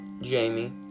jamie